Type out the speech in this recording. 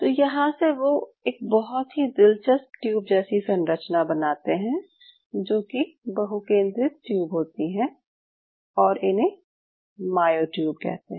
तो यहाँ से वो एक बहुत ही दिलचस्प ट्यूब जैसी संरचना बनाते हैं जो कि बहुकेंद्रित ट्यूब होती हैं और इन्हे मायोट्यूब कहते हैं